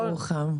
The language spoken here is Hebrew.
בירוחם.